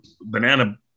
banana